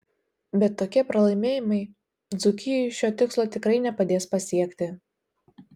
bet tokie pralaimėjimai dzūkijai šio tikslo tikrai nepadės pasiekti